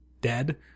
dead